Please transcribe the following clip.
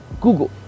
Google